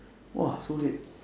!wah! so late